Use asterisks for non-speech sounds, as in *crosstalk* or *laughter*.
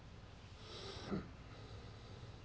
*noise*